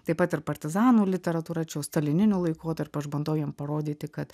taip pat ir partizanų literatūra čia jau stalininiu laikotarpiu aš bandau jiem parodyti kad